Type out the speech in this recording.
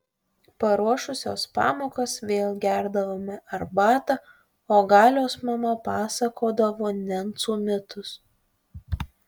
paruošusios pamokas vėl gerdavome arbatą o galios mama pasakodavo nencų mitus